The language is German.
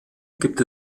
gibt